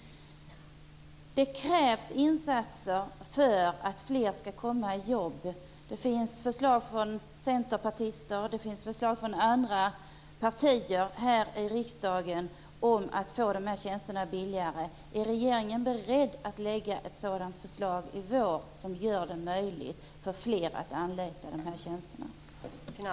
Det krävs insatser för att fler skall komma i jobb. Det finns förslag från Centerpartiet och från andra partier här i riksdagen om att göra dessa tjänster billigare. Är regeringen beredd att i vår lägga fram ett förslag som gör det möjligt för fler att anlita de här tjänsterna?